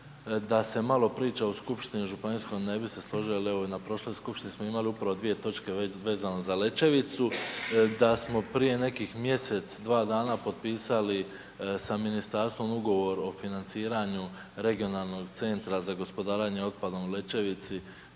da se malo priča u Skupštini županijskoj ne bi se složio, jer evo na prošloj skupštini smo imali upravo dvije točke već vezano za Lečevicu, da smo prije nekih mjesec, dva dana potpisali sa Ministarstvom ugovor o financiranju regionalnog centra za gospodarenje otpadom u Lečevici